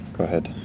go ahead.